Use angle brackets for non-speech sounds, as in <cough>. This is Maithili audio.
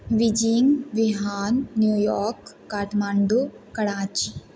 Beijing <unintelligible> New York Kathmandu Karachi